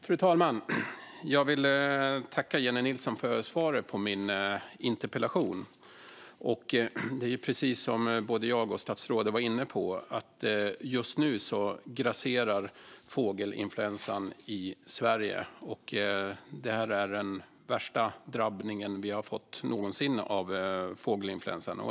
Fru talman! Jag vill tacka Jennie Nilsson för svaret på min interpellation. Precis som både jag och statsrådet är inne på grasserar fågelinfluensan just nu i Sverige. Det är det värsta utbrott som vi någonsin har haft av fågelinfluensan.